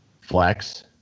Flex